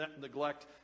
neglect